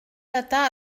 data